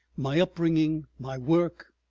my upbringing, my work.